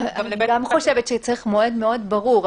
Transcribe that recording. גם אני חושבת שצריך מועד ברור.